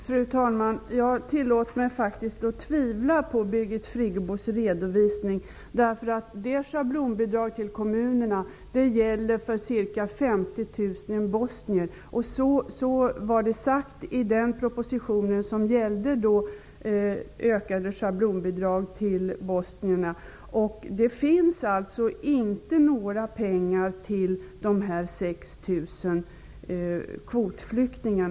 Fru talman! Jag tillåter mig faktiskt att tvivla på Birgit Friggebos redovisning. Schablonbidraget till kommunerna gäller ca 50 000 bosnier. Så var det sagt i den proposition som gällde ökade schablonbidrag för bosnierna. Det finns alltså inte några pengar till dessa 6 000 kvotflyktingar.